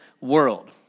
world